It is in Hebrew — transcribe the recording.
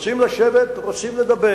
רוצים לשבת ורוצים לדבר.